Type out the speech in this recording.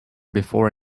before